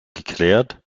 geklärt